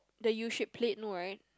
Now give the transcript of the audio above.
the U shape plate no right